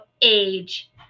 age